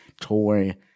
toy